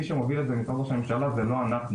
מי שמוביל את זה במשרד ראש הממשלה זה לא אנחנו,